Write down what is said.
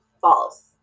false